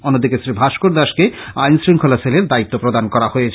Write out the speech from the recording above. অন্যদিকে শ্রী ভাষ্কর দাসকে আইন শঙ্খলা সেলের দ্বায়িত্ব প্রদান করা হয়েছে